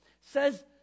says